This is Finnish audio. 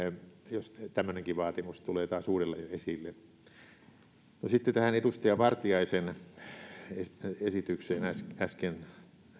se että tämmöinenkin vaatimus tulee taas uudelleen esille sitten tähän edustaja vartiaisen äsken